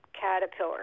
caterpillar